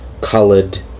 colored